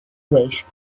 waist